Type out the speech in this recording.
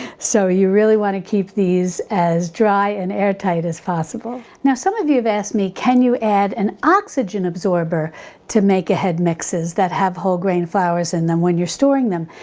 so you really want to keep these as dry and airtight as possible. now some of you have asked me, can you add an oxygen absorber to make ahead mixes that have whole grain flours in them when you're storing them?